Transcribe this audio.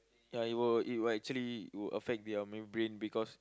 ya it will it will actually will affect their membrane because